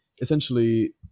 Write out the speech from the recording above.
essentially